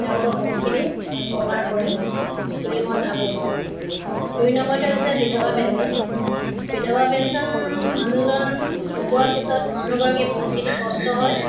তেওঁলোকক বহুতখিনি উপকাৰ কৰে বুলি মই ভাবোঁ দুই নম্বৰতে হৈছে বিধৱা পেঞ্চন বিধৱা পেঞ্চন মানুহজন ঢুকোৱাৰ পিছত মানুহগৰাকীৰ বহুতখিনি কষ্ট হয়